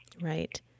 Right